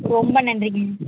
ரொம்ப நன்றிங்கய்யா